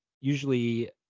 Usually